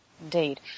Indeed